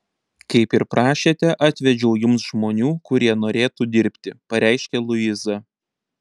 kaip ir prašėte atvedžiau jums žmonių kurie norėtų dirbti pareiškia luiza